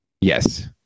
Yes